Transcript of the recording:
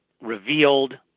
revealed